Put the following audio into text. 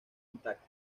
intacto